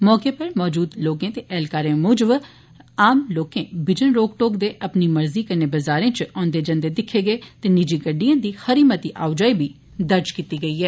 मौके पर मौजूद लोके ते ऐहलकार्रे मुजब आम लोक बिजन रोकटोक दे अपनी मर्जी कन्नै बजारें च औंदे जंदे दिक्खे गे ते निजी गड्डिएं दी खरी मती आओजाई बी दर्ज कीती गेई ऐ